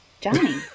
johnny